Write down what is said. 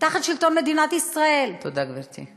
תחת שלטון מדינת ישראל, תודה, גברתי.